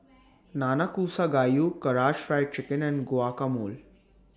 Nanakusa Gayu Karaage Fried Chicken and Guacamole